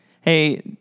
hey